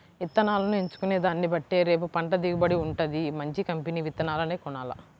ఇత్తనాలను ఎంచుకునే దాన్నిబట్టే రేపు పంట దిగుబడి వుంటది, మంచి కంపెనీ విత్తనాలనే కొనాల